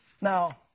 Now